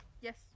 Yes